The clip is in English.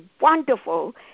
wonderful